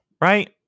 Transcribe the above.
right